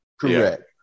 Correct